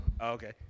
Okay